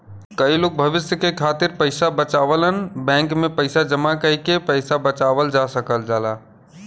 कई लोग भविष्य के खातिर पइसा बचावलन बैंक में पैसा जमा कइके पैसा बचावल जा सकल जाला